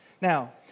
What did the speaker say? Now